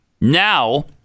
Now